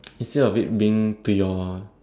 instead of it being to your